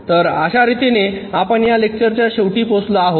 तर अशा रितीने आपण या लेक्चरच्या शेवटी पोहोचलो आहोत